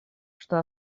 что